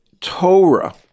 Torah